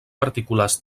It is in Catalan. particulars